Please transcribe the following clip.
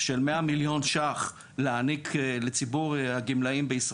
של כ-100 מיליון ₪ להעניק לציבור בישראל